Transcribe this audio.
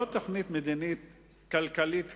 לא תוכנית מדינית כלכלית כלל-אזורית,